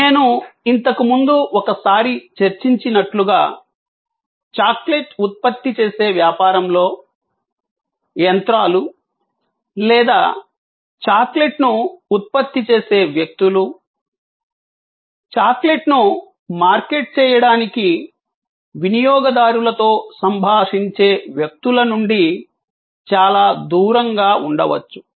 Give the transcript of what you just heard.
నేను ఇంతకుముందు ఒకసారి చర్చించినట్లుగా చాక్లెట్ ఉత్పత్తి చేసే వ్యాపారంలో యంత్రాలు లేదా చాక్లెట్ను ఉత్పత్తి చేసే వ్యక్తులు చాక్లెట్ను మార్కెట్ చేయడానికి వినియోగదారులతో సంభాషించే వ్యక్తుల నుండి చాలా దూరంగా ఉండవచ్చు